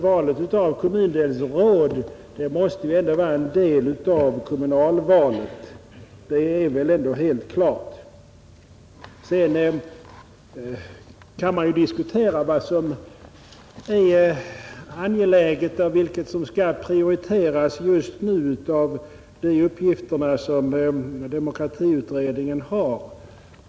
Valet av kommundelsråd måste vara en del av kommunalvalet, det är väl helt klart. Sedan kan man diskutera vad som är angeläget och vilken som skall prioriteras just nu av kommunaldemokratiutredningens uppgifter.